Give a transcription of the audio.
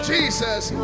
Jesus